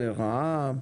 לרעה?